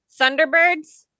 Thunderbirds